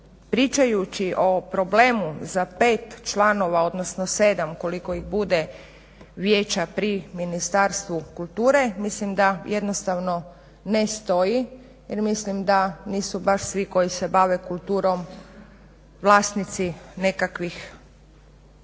pričajući o problemu za pet članova, odnosno sedam koliko ih bude vijeća pri Ministarstvu kulture, mislim da jednostavno ne stoji jer mislim da nisu baš svi koji se bave kulturom vlasnici nekakvih